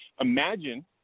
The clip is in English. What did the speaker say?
Imagine